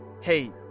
Hey